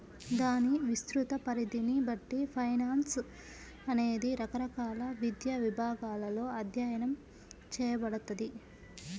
దాని విస్తృత పరిధిని బట్టి ఫైనాన్స్ అనేది రకరకాల విద్యా విభాగాలలో అధ్యయనం చేయబడతది